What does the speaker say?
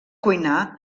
cuinar